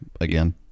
again